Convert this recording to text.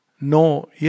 no